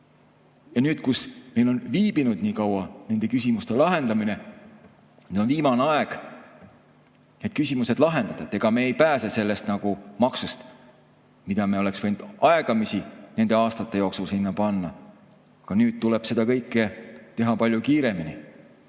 Ja nüüd, kui meil on nii kaua nende küsimuste lahendamine viibinud, on viimane aeg need küsimused lahendada. Ega me ei pääse sellest nagu maksust, mille me oleks võinud aegamisi nende aastate jooksul sinna panna. Nüüd tuleb seda kõike teha palju kiiremini.